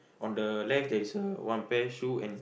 on the left there is a one pair shoe and